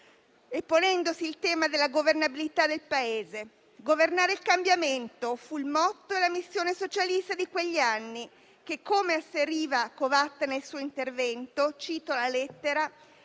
ponendosi il tema della governabilità del Paese. Governare il cambiamento fu il motto e la missione socialista di quegli anni che, come asseriva Covatta nel suo intervento, non è